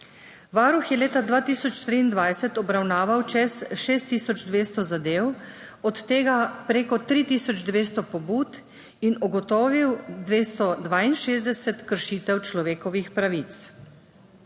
Varuh je leta 2023 obravnaval čez 6 tisoč 200 zadev, od tega prek 3 tisoč 200 pobud in ugotovil 262 kršitev človekovih pravic.